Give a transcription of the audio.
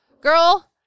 Girl